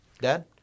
Dad